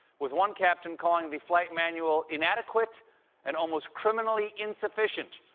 with one captain calling the flight manual inadequate and almost criminally insufficient.